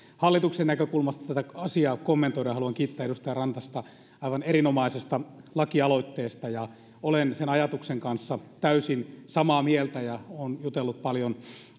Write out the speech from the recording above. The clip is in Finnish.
hallituksen näkökulmasta tätä asiaa kommentoida haluan kiittää edustaja rantasta aivan erinomaisesta lakialoitteesta olen sen ajatuksen kanssa täysin samaa mieltä olen jutellut paljon